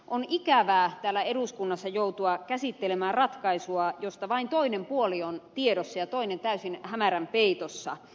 on ikävää täällä eduskunnassa joutua käsittelemään ratkaisua josta vain toinen puoli on tiedossa ja toinen täysin hämärän peitossa